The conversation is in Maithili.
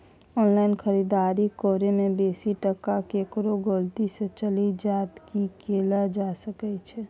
ऑनलाइन खरीददारी करै में बेसी टका केकरो गलती से चलि जा त की कैल जा सकै छै?